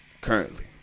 currently